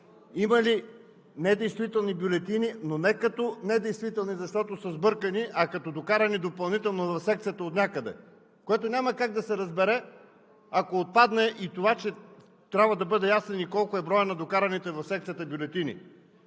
има недействителни бюлетини, но не като недействителни, защото са сбъркани, а като допълнително докарани в секцията отнякъде, което няма как да се разбере, ако отпадне и това, че трябва да бъде ясен колко е броят на докараните в секцията бюлетини.